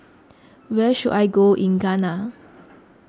where should I go in Ghana